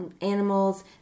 animals